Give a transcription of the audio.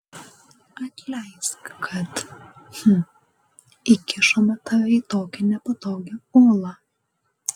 atleisk kad hm įkišome tave į tokią nepatogią olą